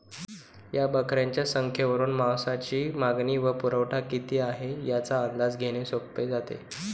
या बकऱ्यांच्या संख्येवरून मांसाची मागणी व पुरवठा किती आहे, याचा अंदाज घेणे सोपे जाते